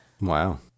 Wow